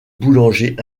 boulangers